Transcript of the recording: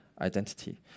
identity